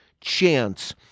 chance